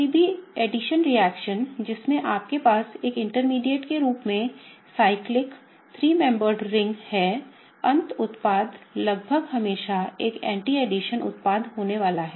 किसी भी addition reaction जिसमें आपके पास एक इंटरमीडिएट के रूप में साइक्लिक तीन सदस्यीय रिंग है अंत उत्पाद लगभग हमेशा एक एंटी एडिशन उत्पाद होने वाला है